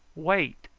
wait.